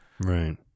Right